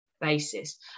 basis